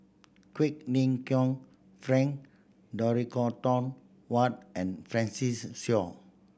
Quek Ling Kiong Frank Dorrington Ward and Francis Seow